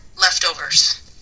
leftovers